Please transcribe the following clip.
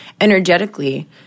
energetically